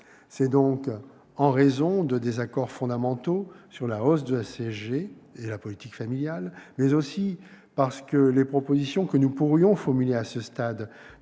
C'est donc en raison de désaccords fondamentaux sur la hausse de CSG et la politique familiale, mais aussi parce que les propositions que nous pourrions formuler à ce stade